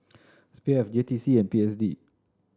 SPF J T C and P S D